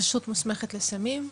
הרשות המוסמכת לסמים,